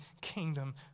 kingdom